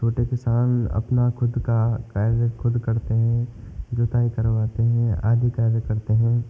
छोटे किसान अपना ख़ुद का कार्य ख़ुद करते हैं जुताई करवाते हैं आदि कार्य करते हैं